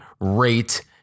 rate